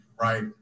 right